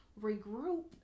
Regroup